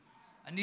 היושב-ראש,